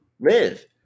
live